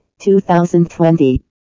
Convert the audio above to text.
2020